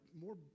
more